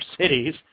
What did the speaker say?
cities